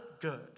Good